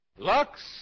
Lux